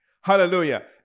Hallelujah